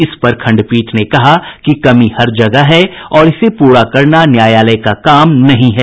इस पर खंडपीठ ने कहा कि कमी हर जगह है और इसे पूरा करना न्यायालय का काम नहीं है